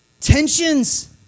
tensions